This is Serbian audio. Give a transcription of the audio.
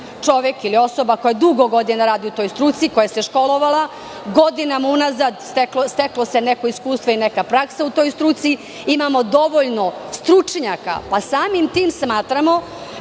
čovek ili osoba koja dugo godina radi u toj struci, koja se školovala, godinama unazad steklo se neko iskustvo i neka praksa u toj struci. Imamo dovoljno stručnjaka, pa samim tim smatramo